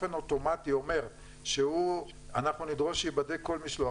באופן אוטומטי אומר שאנחנו נדרוש שייבדק כל משלוח,